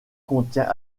contient